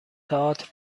تئاتر